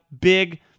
big